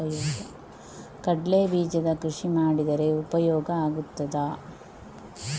ಕಡ್ಲೆ ಬೀಜದ ಕೃಷಿ ಮಾಡಿದರೆ ಉಪಯೋಗ ಆಗುತ್ತದಾ?